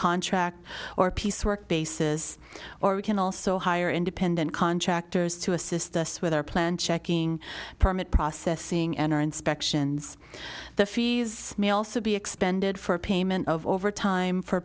contract or piecework basis or we can also hire independent contractors to assist us with our plan checking permit processing and our inspections the fees may also be expended for payment of overtime for